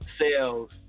sales